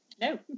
No